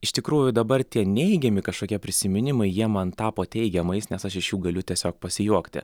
iš tikrųjų dabar tie neigiami kažkokie prisiminimai jie man tapo teigiamais nes aš iš jų galiu tiesiog pasijuokti